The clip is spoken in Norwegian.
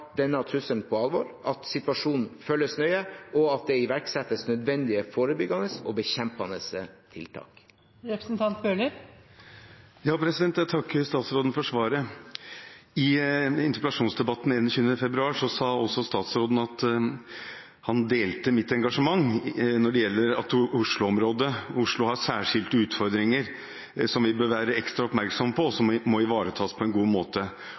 trusselen på alvor, at situasjonen følges nøye, og at det iverksettes nødvendige forebyggende og bekjempende tiltak. Jeg takker statsråden for svaret. I interpellasjonsdebatten 21. februar sa statsråden at han delte mitt engasjement når det gjelder at «Oslo og Oslo-området har særskilte utfordringer som vi bør være ekstra oppmerksom på, og som må ivaretas på en god måte.